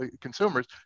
consumers